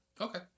okay